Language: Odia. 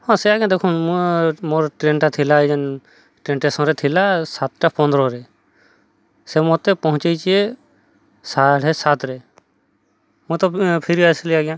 ହଁ ସେ ଆଜ୍ଞା ଦେଖୁଁ ମୋ ମୋର ଟ୍ରେନଟା ଥିଲା ଏଇ ଯେନ୍ ଟ୍ରେନ ଷ୍ଟେସନରେ ଥିଲା ସାତଟା ପନ୍ଦରରେ ସେ ମୋତେ ପହଞ୍ଚେଇଛି ସାଢ଼େ ସାତରେ ମୁଁ ତ ଫିରି ଆସିଲି ଆଜ୍ଞା